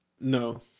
No